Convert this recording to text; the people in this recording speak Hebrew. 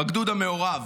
בגדוד המעורב.